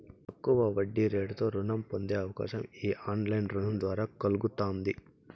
తక్కువ వడ్డీరేటుతో రుణం పొందే అవకాశం ఈ ఆన్లైన్ రుణం ద్వారా కల్గతాంది